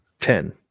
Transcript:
Ten